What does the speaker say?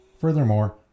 Furthermore